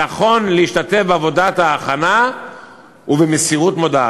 "נכון להשתתף בעבודת ההכנה ובמסירות מודעה"